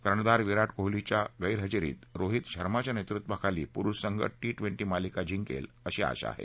कर्णधार विरा कोहलीच्या गैरहजेरीत रोहित शर्माच्या नेतृत्वाखाली पुरुष संघ मालिका जिंकेल अशी आशा आहे